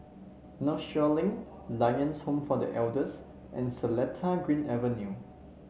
Northshore Link Lions Home for The Elders and Seletar Green Avenue